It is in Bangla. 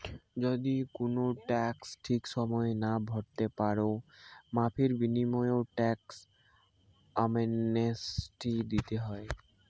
যদি কুনো ট্যাক্স ঠিক সময়ে না ভোরতে পারো, মাফীর বিনিময়ও ট্যাক্স অ্যামনেস্টি দিতে হয়